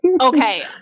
Okay